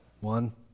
One